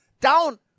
down